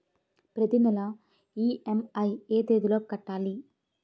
ప్రతినెల ఇ.ఎం.ఐ ఎ తేదీ లోపు కట్టాలి?